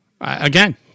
again